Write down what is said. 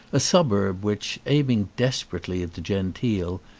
a suburb which, aiming desperately at the genteel,